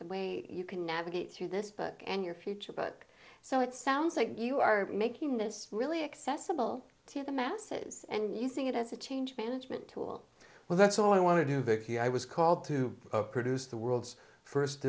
the way you can navigate through this book and your future but so it sounds like you are making this really accessible to the masses and using it as a change management tool well that's all i want to do vicki i was called to produce the world's first